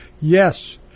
yes